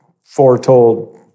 foretold